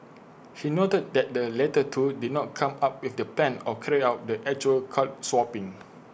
he noted that the latter two did not come up with the plan or carry out the actual card swapping